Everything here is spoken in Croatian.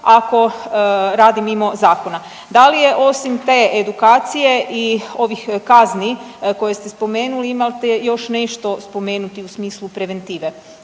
ako radi mimo zakona. Dali je osim te edukacije i ovih kazni koje ste spomenuli, imate li još nešto spomenuti u smislu preventive?